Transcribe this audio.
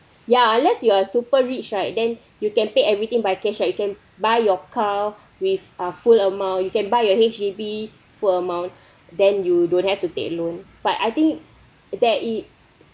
ya unless you are super rich right then you can pay everything by cash you can buy your car with uh full amount you can buy your H_D_B full amount then you don't have to take a loan but I think that